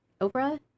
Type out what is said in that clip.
oprah